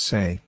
Say